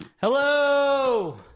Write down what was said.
hello